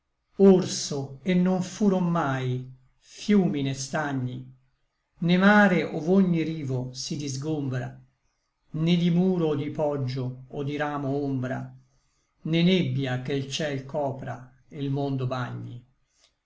orso e non furon mai fiumi né stagni né mare ov'ogni rivo si disgombra né di muro o di poggio o di ramo ombra né nebbia che l ciel copra e l mondo bagni